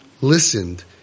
listened